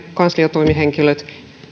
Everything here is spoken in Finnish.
kansliatoimihenkilöt